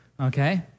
okay